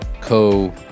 co